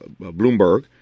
Bloomberg